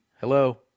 Hello